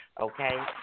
Okay